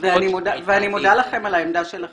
ואני מודה לכם על העמדה שלכם.